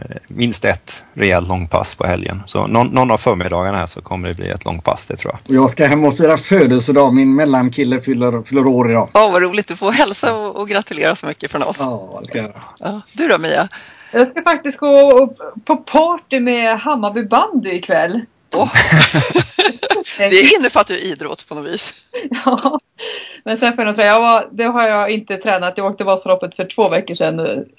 Eh, minst ett rejält långpass på helgen. Så någon- någon av förmiddagarna här så kommer det bli ett långpass, det tror jag. Och jag ska hem och fira födelsedag. Min mellankille fyller- fyller år idag. Ja, vad roligt. Du får hälsa och- och gratulera så mycket från oss. Ja, det ska jag göra. Ja. Du då, Mia? Jag ska faktiskt gå upp på party med Hammarby Bandy ikväll. Åh. Det är- det innefattar ju idrott på något vis. Ja. Men sen får jag nog säga, jag var- det har jag inte tränat. Jag åkte Vasaloppet för två veckor sedan och